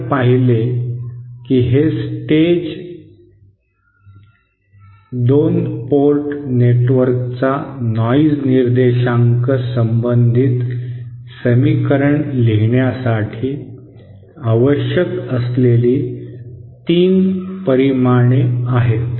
आपण पाहिले की हे स्टेज 2 पोर्ट नेटवर्कचा नॉइज निर्देशांक संबंधित समीकरण लिहिण्यासाठी आवश्यक असलेली 3 परिमाणे आहेत